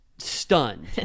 stunned